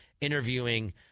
interviewing